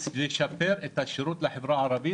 לשפר את השירות לחברה הערבית.